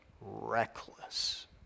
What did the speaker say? reckless